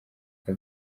aka